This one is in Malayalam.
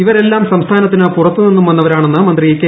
ഇവരെല്ലാം സംസ്ഥാനത്തിന് പുറത്ത് നിന്നും വന്നവരാണെന്ന് മന്ത്രി കെ